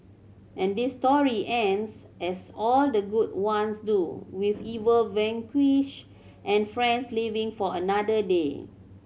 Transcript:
and this story ends as all the good ones do with evil vanquished and friends living for another day